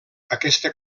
aquesta